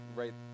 right